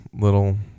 little